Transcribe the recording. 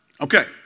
Okay